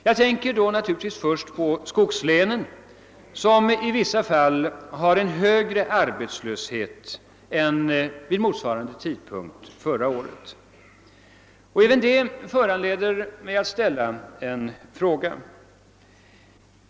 Jag tänker naturligtvis då först på skogslänen, där man på vissa orter har en högre arbetslöshet nu än vid motsvarande tidpunkt förra året. Även detta föranleder mig att ställa min fråga.